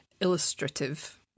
illustrative